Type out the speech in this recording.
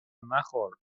مخور